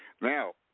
Now